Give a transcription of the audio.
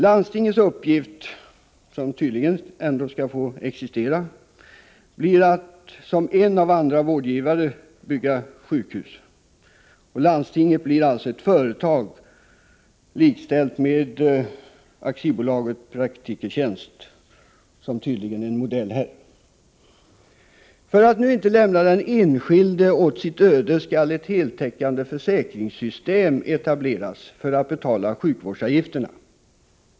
Landstingens uppgift — landstingen skall uppenbarligen ändå få existera — blir att som en av andra vårdgivare bygga sjukhus. Landstinget blir alltså ett företag, likställt med AB Praktikertjänst, som tydligen är modellen här. För att den enskilde inte skall lämnas åt sitt öde skall ett heltäckande försäkringssystem etableras, som skall betala sjukvårdsavgifterna.